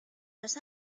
los